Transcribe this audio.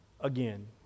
again